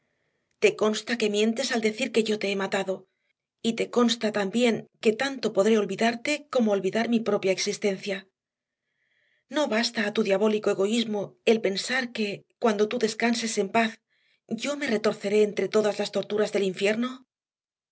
te consta que mientes al decir que yo te he matado y te consta también que tanto podré olvidarte como olvidar mi propia existencia no basta a tu diabólico egoísmo el pensar que cuando tú descanses en paz yo me retorceré entre todas las torturas del infierno